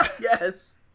Yes